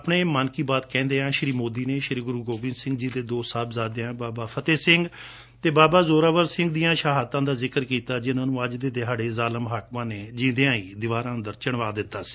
ਆਪਣੇ ਮਨ ਕੀ ਬਾਤ ਕਹਿੰਦਿਆਂ ਸ੍ਰੀ ਮੋਦੀ ਨੇ ਸ੍ਰੀ ਗੁਰੁ ਗੋਬਿੰਦ ਸਿੰਘ ਜੀ ਦੇ ਦੋ ਸਾਹਿਬਜ਼ਾਦਿਆਂ ਬਾਬਾ ਫਤਿਹ ਸਿੰਘ ਅਤੇ ਬਾਬਾ ਜ਼ੋਰਾਵਰ ਸਿੰਘ ਦੀਆਂ ਸ਼ਹਾਦਤਾਂ ਦਾ ਜ਼ਿਕਰ ਕੀਤਾ ਜਿਨਾਂ ਨੂੰ ਅੱਜ ਦੇ ਦਿਹਾੜੇ ਜ਼ਾਲਮ ਹਾਕਮਾਂ ਨੇ ਜ਼ਿੱਦਾਂ ਹੀ ਦੀਵਾਰਾਂ ਵਿਚ ਜਿਣਵਾ ਦਿੱਤਾ ਸੀ